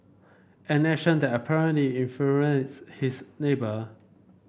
an action that apparently infuriates his neighbour